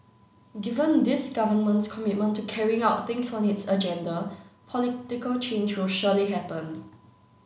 given this Government's commitment to carrying out things on its agenda political change will surely happen